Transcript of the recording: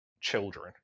children